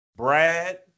Brad